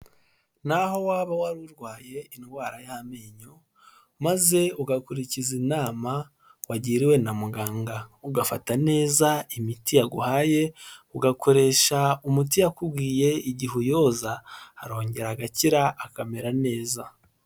Naho waba wari urwaye indwara y'amenyo maze ugakurikiza inama wagiriwe na muganga, ugafata neza imiti yaguhaye ugakoresha umuti yakubwiye igihe uyoza, arongera agakira akamera neza.